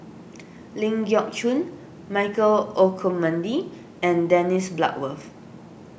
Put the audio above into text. Ling Geok Choon Michael Olcomendy and Dennis Bloodworth